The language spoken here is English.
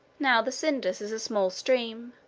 now the cydnus is a small stream,